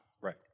Right